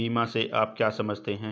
बीमा से आप क्या समझते हैं?